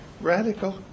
radical